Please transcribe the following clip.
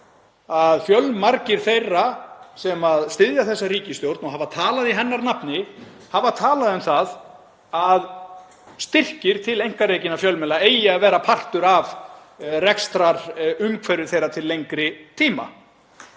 að fjölmargir þeirra sem styðja þessa ríkisstjórn og hafa talað í hennar nafni hafa talað um að styrkir til einkarekinna fjölmiðla eigi að vera partur af rekstrarumhverfi þeirra til lengri tíma.